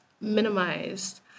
minimized